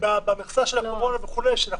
במכסה של הקורונה, שאני